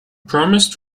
promised